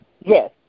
Yes